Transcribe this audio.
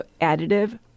additive